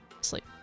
sleep